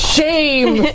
Shame